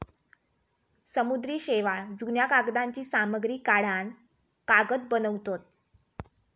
समुद्री शेवाळ, जुन्या कागदांची सामग्री काढान कागद बनवतत